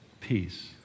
peace